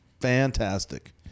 fantastic